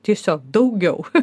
tiesiog daugiau